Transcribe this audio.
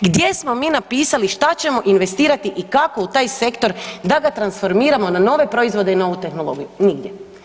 Gdje smo mi napisali šta ćemo investirati i kako u taj sektor da ga transformiramo na nove proizvode i novu tehnologiju, nigdje.